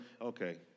okay